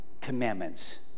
commandments